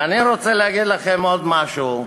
ואני רוצה להגיד לכם עוד משהו: